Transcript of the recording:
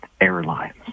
airlines